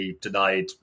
denied